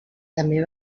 també